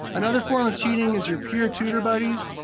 another form of cheating is your peer tutor buddies.